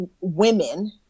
women